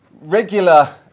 Regular